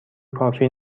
کافی